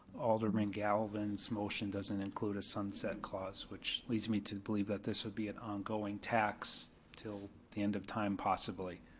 alderman galvin's motion doesn't include a sunset clause, which leads me to believe that this would be an ongoing tax til the end of time, possibly.